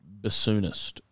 bassoonist